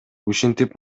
ушинтип